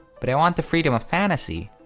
but i want the freedom of fantasy